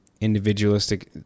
individualistic